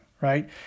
right